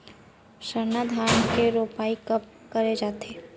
सरना धान के रोपाई कब करे जाथे?